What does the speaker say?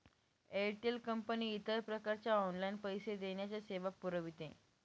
Airtel कंपनी इतर प्रकारच्या ऑनलाइन पैसे देण्याच्या सेवा पुरविते